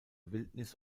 wildnis